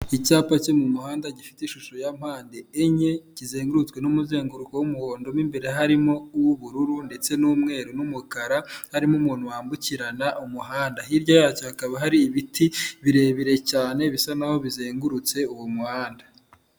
Icyapa cyo mu muhanda gifite ishusho ya mpande enye, kizengurutswe n'umuzenguruko w'umuhondo, mu imbere harimo uw'ubururu ndetse n'umweru n'umukara, harimo umuntu wambukirana umuhanda, hirya yacyo hakaba hari ibiti birebire cyane, bisa naho bizengurutse uwo muhanda.